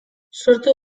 sortu